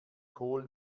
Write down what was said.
kohl